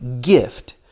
gift